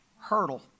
hurdle